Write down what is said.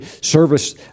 service